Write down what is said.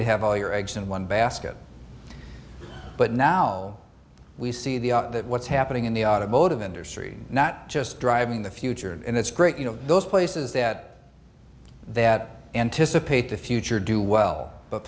to have all your eggs in one basket but now we see the that what's happening in the automotive industry not just driving the future and it's great you know those places that that anticipate the future do well but